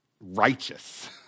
righteous